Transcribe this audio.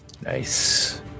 Nice